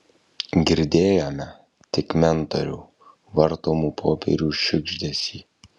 girdėjome tik mentorių vartomų popierių šiugždesį